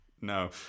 No